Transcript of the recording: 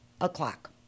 o'clock